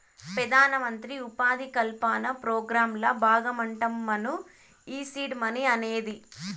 పెదానమంత్రి ఉపాధి కల్పన పోగ్రాంల బాగమంటమ్మను ఈ సీడ్ మనీ అనేది